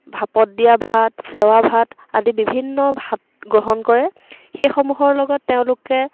ভাপত দিয়া ভাত চেৱা ভাত আদি বিভিন্ন ভাত গ্ৰহণ কৰে সেইসমূহৰ লগত তেওঁলোকে